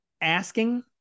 Asking